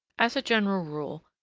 as a general rule,